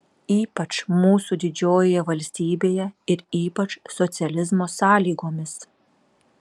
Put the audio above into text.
ypač mūsų didžiojoje valstybėje ir ypač socializmo sąlygomis